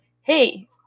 hey